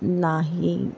नाही